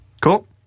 Cool